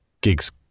gigs